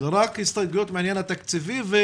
רק הסתייגויות מהעניין התקציבי.